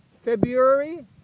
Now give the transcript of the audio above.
february